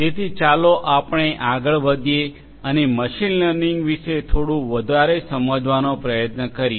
તેથી ચાલો આપણે આગળ વધીએ અને મશીન લર્નિંગ વિશે થોડું વધારે સમજવાનો પ્રયત્ન કરીએ